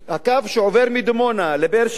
הקו שעובר מדימונה לבאר-שבע,